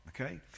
okay